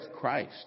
Christ